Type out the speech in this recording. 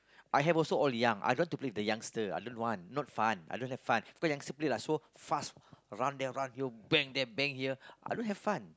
I have also all young I don't want to play with the youngster I don't want not fun I don't have fun because youngster play like so fast run there run here bang there bang here I don't have fun